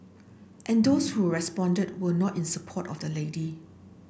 and those who responded were not in support of the lady